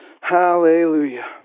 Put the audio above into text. hallelujah